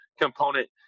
component